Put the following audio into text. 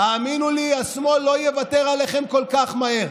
האמינו לי, השמאל לא יוותר עליכם כל כך מהר.